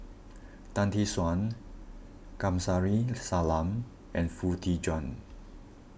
Tan Tee Suan Kamsari Salam and Foo Tee Jun